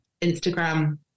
Instagram